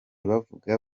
bavuga